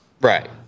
Right